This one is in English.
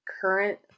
current